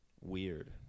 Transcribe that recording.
Weird